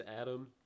Adam